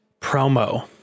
promo